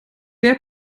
der